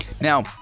Now